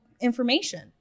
information